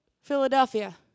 Philadelphia